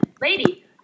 lady